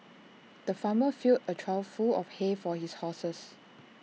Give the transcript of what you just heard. the farmer filled A trough full of hay for his horses